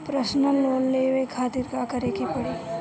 Personal loan लेवे खातिर का करे के पड़ी?